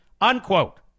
unquote